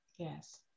Yes